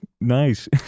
nice